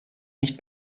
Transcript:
nicht